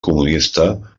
comunista